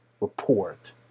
report